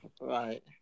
Right